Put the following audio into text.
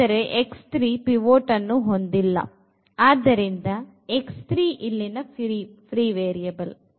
ಆದರೆ ಪಿವೋಟ್ ಅನ್ನು ಹೊಂದಿಲ್ಲ ಆದ್ದರಿಂದ ಇಲ್ಲಿನ ಫ್ರೀ ವೇರಿಯಬಲ್